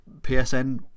PSN